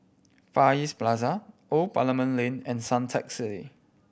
Far East Plaza Old Parliament Lane and Suntec City